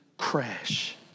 crash